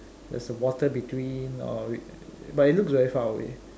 there's a water between or but it looks very far away